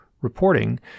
reporting